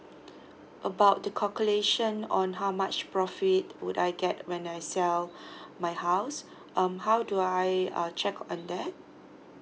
about the calculation on how much profit would I get when I sell my house um how do I uh check on that